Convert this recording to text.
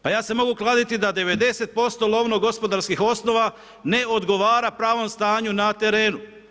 Pa ja se mogu kladiti da 90% lovno gospodarskih osnova, ne odgovara pravom stanju na terenu.